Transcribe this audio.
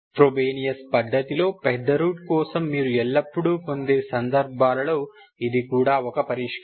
Frobenius పద్ధతిలో పెద్ద root కోసం మీరు ఎల్లప్పుడూ పొందే సందర్భంలో ఇది కూడా ఒక పరిష్కారం